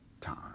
time